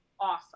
awesome